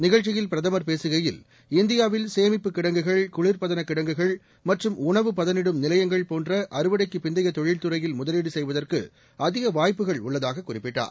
நிகழ்ச்சியில் பிரதமர் பேசுகையில் இந்தியாவில் சேமிப்பு கிடங்குகள் குளிர்பதனக் கிடங்குகள் மற்றும் உணவு போன்ற அறுவடைக்குப் பிந்தைய தொழில்துறையில் முதலீடு செய்வதற்கு அதிக வாய்ப்புகள் உள்ளதாக குறிப்பிட்டார்